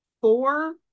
four